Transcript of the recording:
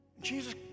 Jesus